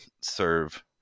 serve